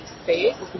space